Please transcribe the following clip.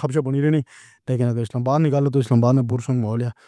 خبراں بݨدی رہیاں اسلام آباد۔ نِکّالو تاں اسلام آباد اچ پُرسکون ماحول اے۔